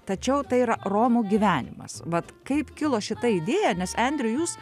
tačiau tai yra romų gyvenimas vat kaip kilo šita idėja nes andrew jūs